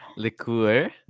liqueur